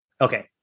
Okay